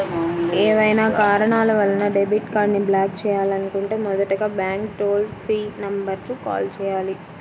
ఏవైనా కారణాల వలన డెబిట్ కార్డ్ని బ్లాక్ చేయాలనుకుంటే మొదటగా బ్యాంక్ టోల్ ఫ్రీ నెంబర్ కు కాల్ చేయాలి